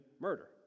murder